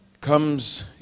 comes